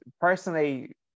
personally